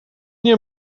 nie